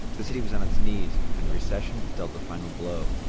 the city was on its knees and the recession dealt the final blow.